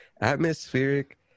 Atmospheric